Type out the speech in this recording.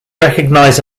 recognize